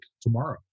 tomorrow